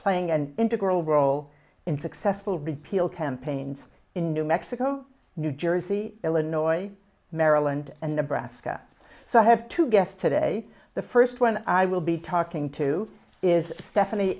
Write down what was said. playing an integral role in successful repeal campaigns in new mexico new jersey illinois maryland and nebraska so i have to guess today the first one i will be talking to is stephanie